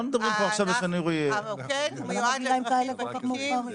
המוקד מיועד לאזרחים ותיקים,